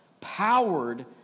powered